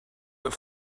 that